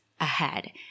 ahead